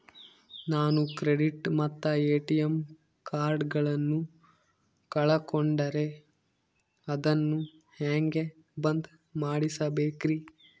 ನಾನು ಕ್ರೆಡಿಟ್ ಮತ್ತ ಎ.ಟಿ.ಎಂ ಕಾರ್ಡಗಳನ್ನು ಕಳಕೊಂಡರೆ ಅದನ್ನು ಹೆಂಗೆ ಬಂದ್ ಮಾಡಿಸಬೇಕ್ರಿ?